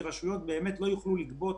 כי רשויות באמת לא יוכלו לגבות,